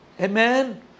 Amen